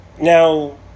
now